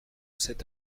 cet